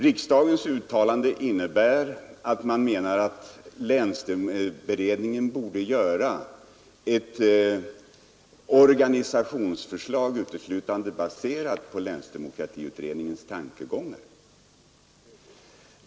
Riksdagens uttalande innebär att länsberedningen skall göra ett organisationsförslag uteslutande baserat på länsdemokratiutredningens tankegångar.